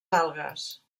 algues